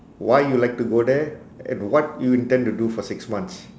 why you like to go there and what you intend to do for six months